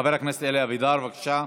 חבר הכנסת אלי אבידר, בבקשה.